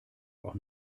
auch